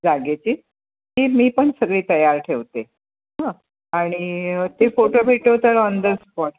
जागेची ती मी पण सगळी तयार ठेवते हं आणि ते फोटो भेटलो तर ऑन द स्पॉट